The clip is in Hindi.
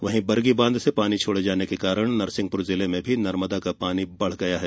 वहीं बरगी बांध से पानी छोड़े जाने के कारण नरसिंहपुर जिले में भी नर्मदा में पानी बढ़ गया है